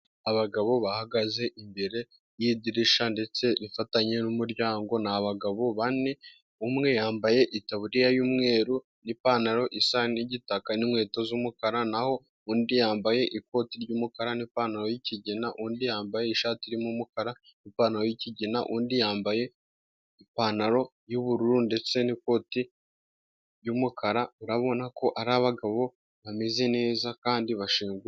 Abagabo bahagaze imbere yidirishya, ndetse rifatanye n'umuryango, ni abagabo bane, umwe yambaye itaburiya y'umweru, n'ipantaro isa n'igitaka, n'inkweto z'umukara, naho undi yambaye ikoti ry'umukara, n'ipantaro yikigina, undi yambaye ishati irimo umukara, ipantaro yikigina, undi yambaye ipantaro y'ubururu, ndetse n'ikoti ry'umukara, urabona ko ari abagabo bameze neza kandi bashinguye.